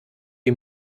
die